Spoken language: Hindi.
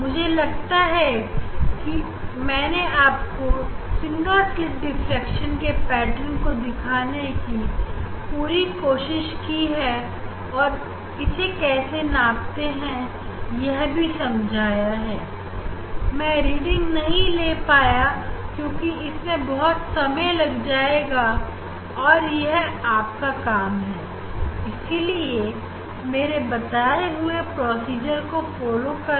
मुझे लगता है मैंने आपको सिंगल स्लित डिफ्रेक्शन के पैटर्न को दिखाने की पूरी कोशिश की है और इसे कैसे नापते हैं यह भी समझाया है मैं रीडिंग नहीं ले पाया क्योंकि इससे बहुत समय लग जाएगा और यह आपका काम है इसीलिए मेरे बताए हुए प्रोसीजर को फॉलो करें